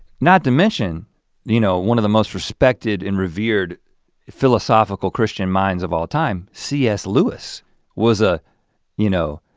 not to mention you know one of the most respected and revered philosophical christian minds of all time, c s. lewis was, ah you know,